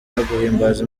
guhimbaza